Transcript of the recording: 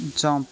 jump